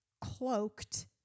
cloaked